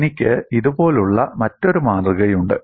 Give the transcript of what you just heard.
എനിക്ക് ഇതുപോലുള്ള മറ്റൊരു മാതൃകയുണ്ട്